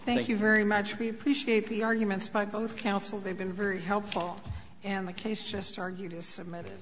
thank you very much we appreciate the arguments by both counsel they've been very helpful and the case just argued is submit